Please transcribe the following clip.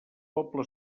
poble